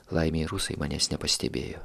laimei rusai manęs nepastebėjo